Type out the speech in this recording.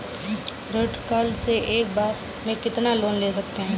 Credit card से एक बार में कितना लोन ले सकते हैं?